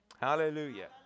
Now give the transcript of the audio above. Hallelujah